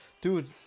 Dude